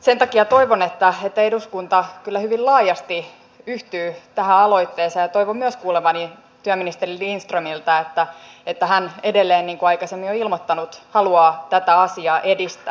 sen takia toivon että eduskunta hyvin laajasti yhtyy tähän aloitteeseen ja toivon myös kuulevani työministeri lindströmiltä että hän edelleen niin kuin aikaisemmin on ilmoittanut haluaa tätä asiaa edistää